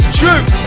truth